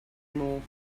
more